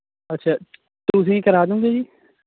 ਅੱਛਾ ਤੁਸੀਂ ਕਰਾਦੂੰਗੇ ਜੀ